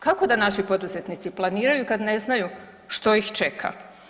Kako da naši poduzetnici planiraju kada ne znaju što ih čeka?